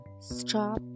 stop